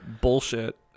bullshit